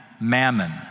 mammon